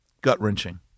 Gut-wrenching